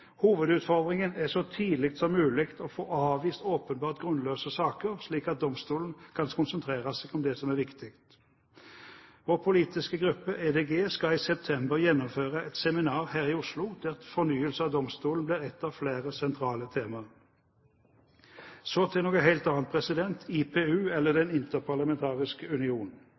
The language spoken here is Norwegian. Hovedutfordringen er så tidlig som mulig å få avvist åpenbart grunnløse saker, slik at domstolen kan konsentrere seg om det som er viktig. Vår politiske gruppe, EDG, skal i september gjennomføre et seminar her i Oslo der fornyelse av domstolen blir et av flere sentrale tema. Så til noe helt annet, IPU, eller Den Interparlamentariske Union: